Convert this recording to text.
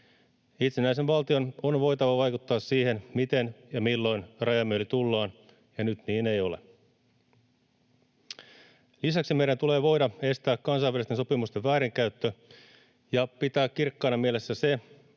Itsenäisen valtion on voitava vaikuttaa siihen, miten ja milloin rajamme yli tullaan, ja nyt niin ei ole. Lisäksi meidän tulee voida estää kansainvälisten sopimusten väärinkäyttö ja pitää kirkkaana mielessä se,